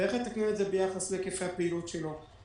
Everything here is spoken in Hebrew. ואיך יתקנו את זה ביחס להיקפי הפעילות שלו.